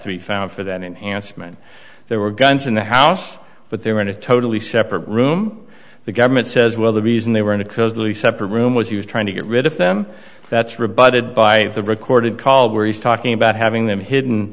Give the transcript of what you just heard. to be found for that enhancement there were guns in the house but they were in a totally separate room the government says well the reason they were in a closed loop separate room was he was trying to get rid of them that's rebutted by the recorded call where he's talking about having them hidden